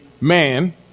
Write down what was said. man